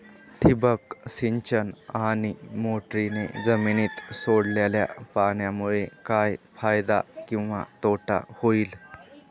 ठिबक सिंचन आणि मोटरीने जमिनीत सोडलेल्या पाण्यामुळे काय फायदा किंवा तोटा होईल?